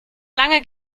lange